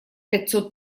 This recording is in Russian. пятьсот